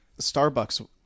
Starbucks